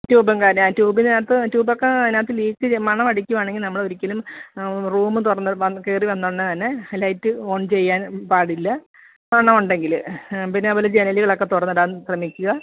ട്യൂബും കാര്യം ആ ട്യൂബിനകത്ത് ട്യൂബക്കെ അതിനകത്ത് ലീക്ക് ചെ മണവടിക്കുവാണെങ്കിൽ നമ്മളൊരിക്കലും റൂമ് തുറന്ന് വന്ന് കയറിവന്നുടനെ തന്നെ ലൈറ്റ് ഓൺ ചെയ്യാൻ പാടില്ല മണമുണ്ടെങ്കിൽ പിന്നെ അതുപോലെ ജനലുകളക്കെ തുറന്നിടാൻ ശ്രമിക്കുക